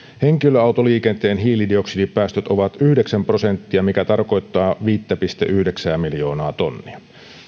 henkilöautoliikenteen hiilidioksidipäästöt ovat yhdeksän prosenttia mikä tarkoittaa viittä pilkku yhdeksää miljoonaa tonnia